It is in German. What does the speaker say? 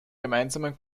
gemeinsamen